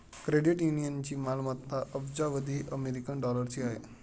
credit युनियनची मालमत्ता अब्जावधी अमेरिकन डॉलरची आहे